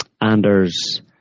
Anders